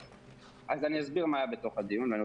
אז אני אסביר מה היה בתוך הדיון.